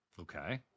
Okay